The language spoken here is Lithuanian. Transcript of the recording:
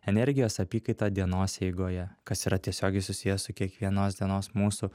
energijos apykaitą dienos eigoje kas yra tiesiogiai susiję su kiekvienos dienos mūsų